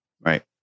Right